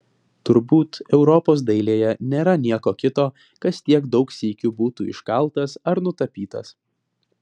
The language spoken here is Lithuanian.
turbūt europos dailėje nėra nieko kito kas tiek daug sykių būtų iškaltas ar nutapytas